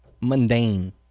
mundane